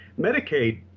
Medicaid